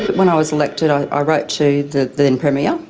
when i was elected i ah wrote to the then premier,